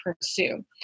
pursue